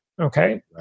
Okay